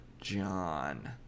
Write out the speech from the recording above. John